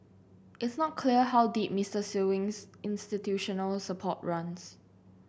it's not clear how deep Mister Sewing's institutional support runs